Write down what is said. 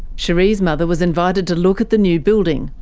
cherie's mother was invited to look at the new building,